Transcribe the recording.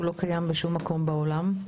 הוא לא קיים בשום מקום בעולם.